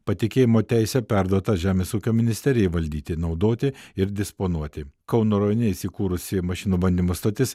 patikėjimo teise perduota žemės ūkio ministerijai valdyti naudoti ir disponuoti kauno rajone įsikūrusi mašinų bandymo stotis